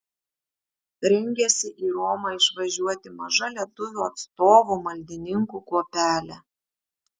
rengiasi į romą išvažiuoti maža lietuvių atstovų maldininkų kuopelė